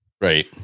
Right